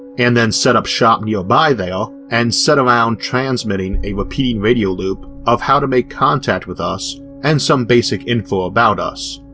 and then setup shop nearby there and sat around transmitting a repeating radio loop of how to make contact with us and some basic info about us.